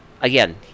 Again